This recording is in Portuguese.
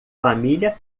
família